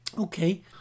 Okay